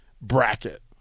bracket